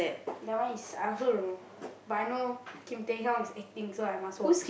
that one is I also don't know but I know Kim-Tae-Hyung is acting so I must watch